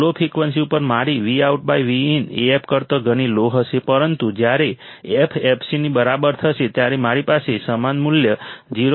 ખૂબ low frequency ઉપર મારી VoutVin Af કરતાં ઘણી લો હશે પરંતુ જ્યારે f fc ની બરાબર થશે ત્યારે મારી પાસે સમાન મૂલ્ય 0